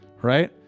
right